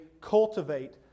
cultivate